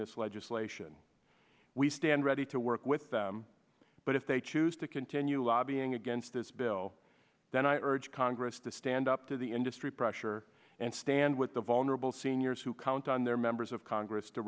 this legislation we stand ready to work with them but if they choose to continue lobbying against this bill then i urge congress to stand up to the industry pressure and stand with the vulnerable seniors who count on their members of congress to